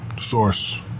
Source